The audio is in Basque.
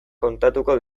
kontatuko